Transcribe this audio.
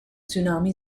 tsunami